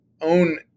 own